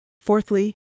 Fourthly